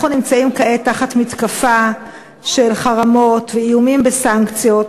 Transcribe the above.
אנחנו נמצאים כעת תחת מתקפה של חרמות ואיומים בסנקציות,